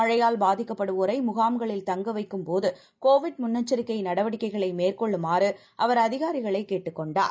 மழையால்பாதிக்கப்படுவோரைமுகாம்களில்தங்கவைக்கும்போது கோவிட்முன்னெச்சரிக்கைநடவடிக்கைளைமேற்கொள்ளுமாறுஅவர்அதிகாரி களைக்கேட்டுக்கொண்டார்